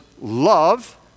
Love